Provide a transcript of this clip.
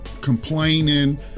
complaining